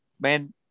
man